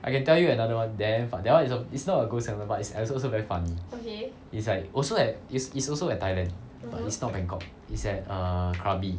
I can tell you another one damn fun~ that one is is not a ghost encounter but is I is also very funny is like also at is also at thailand is not bangkok is at err krabi